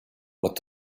what